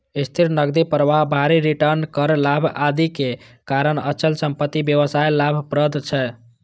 स्थिर नकदी प्रवाह, भारी रिटर्न, कर लाभ, आदिक कारण अचल संपत्ति व्यवसाय लाभप्रद छै